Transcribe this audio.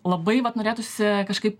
labai vat norėtųsi kažkaip